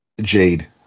jade